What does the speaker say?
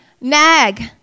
nag